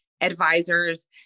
advisors